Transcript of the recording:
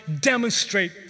demonstrate